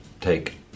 take